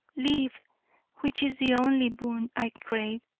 live which is the only boon i crave,